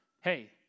hey